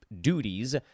duties